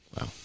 Wow